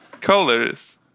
colors